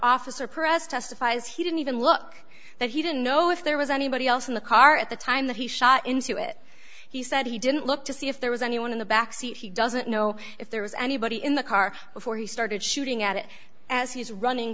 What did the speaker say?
officer press testifies he didn't even look that he didn't know if there was anybody else in the car at the time that he shot into it he said he didn't look to see if there was anyone in the backseat he doesn't know if there was anybody in the car before he started shooting at it as he's running